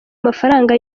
mafaranga